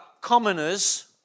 commoners